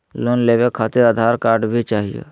Loan लेवे खातिरआधार card भी चाहियो?